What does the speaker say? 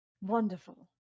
Wonderful